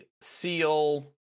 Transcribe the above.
Seal